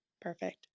Perfect